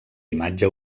imatge